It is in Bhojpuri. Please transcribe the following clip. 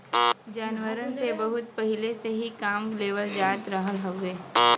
जानवरन से बहुत पहिले से ही काम लेवल जात रहल हउवे